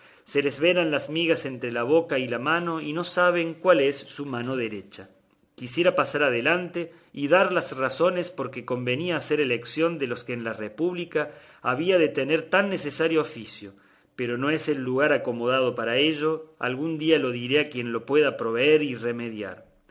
se les yelan las migas entre la boca y la mano y no saben cuál es su mano derecha quisiera pasar adelante y dar las razones por que convenía hacer elección de los que en la república habían de tener tan necesario oficio pero no es el lugar acomodado para ello algún día lo diré a quien lo pueda proveer y remediar